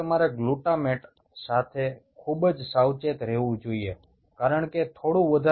এখন এই গ্লুটামেটের ব্যাপারে আমাদেরকে অত্যন্ত সতর্ক থাকতে হবে